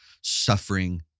Suffering